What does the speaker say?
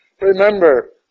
Remember